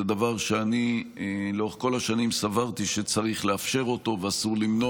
הן דבר שאני לאורך כל השנים סברתי שצריך לאפשר ואסור למנוע.